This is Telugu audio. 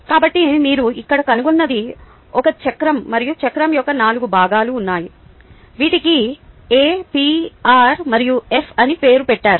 కాబట్టి మీరు ఇక్కడ కనుగొన్నది ఒక చక్రం మరియు చక్రం యొక్క నాలుగు భాగాలు ఉన్నాయి వీటికి apr మరియు f అని పేరు పెట్టారు